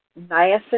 niacin